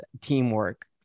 teamwork